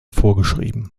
vorgeschrieben